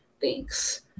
Thanks